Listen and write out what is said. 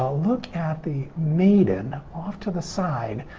look at the maiden off to the side,